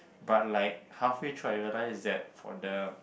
but like halfway through I realise that for the